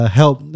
help